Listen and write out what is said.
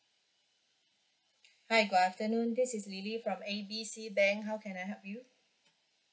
hi good afternoon this is lily from A B C bank how can I help you